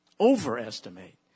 overestimate